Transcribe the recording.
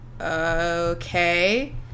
Okay